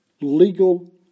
legal